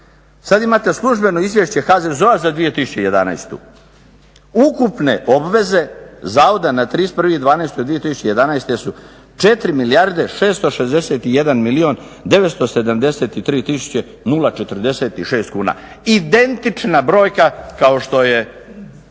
Sada imate službeno izvješće HZZO-a za 2011., ukupne obveze zavoda na 31.12.2011. su 4 milijarde 661 milijun 973 tisuće 046 kuna, identična brojka kao što je